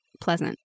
pleasant